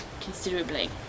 considerably